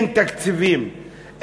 אין תקציבים,